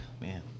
man